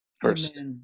first